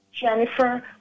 Jennifer